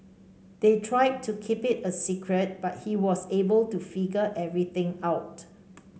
they tried to keep it a secret but he was able to figure everything out